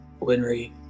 Winry